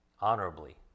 honorably